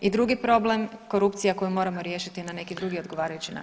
I drugi problem korupcija koju moramo riješiti na neki drugi odgovarajući način.